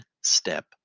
step